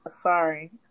sorry